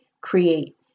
create